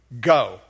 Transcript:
go